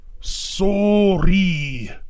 Sorry